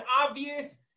obvious